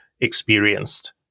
experienced